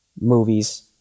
movies